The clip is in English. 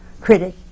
critic